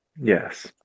Yes